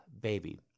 Baby